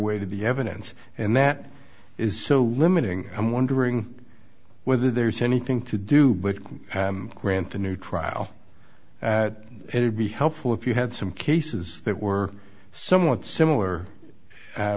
way to the evidence and that is so limiting i'm wondering whether there's anything to do but grant for new trial that it would be helpful if you had some cases that were somewhat similar